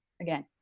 again